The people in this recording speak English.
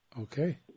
Okay